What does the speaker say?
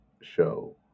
show